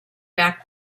back